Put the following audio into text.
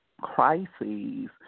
crises